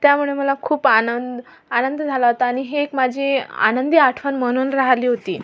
त्यामुळे मला खूप आनंद आनंद झाला होता आणि हे एक माझी आनंदी आठवण म्हणून राहिली होती